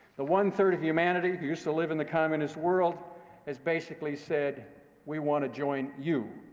the one third of humanity who used to live in the communist world has basically said we want to join you.